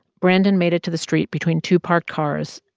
brandon made it to the street between two parked cars.